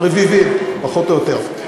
רביבים פחות או יותר.